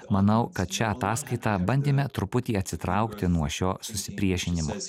manau kad šia ataskaita bandėme truputį atsitraukti nuo šio susipriešinimo